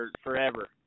forever